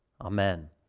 amen